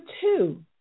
two